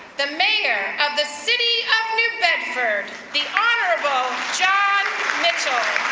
the mayor, of the city of new bedford, the honorable jon mitchell.